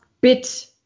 bit